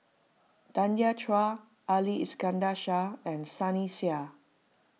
Tanya Chua Ali Iskandar Shah and Sunny Sia